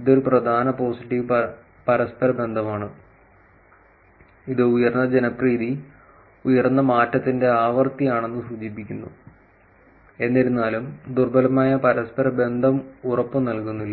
ഇത് ഒരു പ്രധാന പോസിറ്റീവ് പരസ്പര ബന്ധമാണ് ഇത് ഉയർന്ന ജനപ്രീതി ഉയർന്ന മാറ്റത്തിന്റെ ആവൃത്തിയാണെന്ന് സൂചിപ്പിക്കുന്നു എന്നിരുന്നാലും ദുർബലമായ പരസ്പര ബന്ധം ഉറപ്പ് നൽകുന്നില്ല